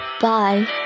Bye